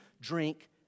drink